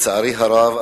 לצערי הרב,